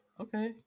Okay